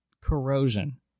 corrosion